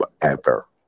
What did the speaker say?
forever